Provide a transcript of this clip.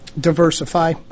diversify